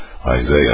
Isaiah